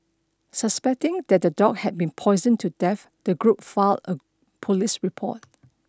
suspecting that the dog had been poisoned to death the group filed a police report